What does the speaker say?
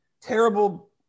terrible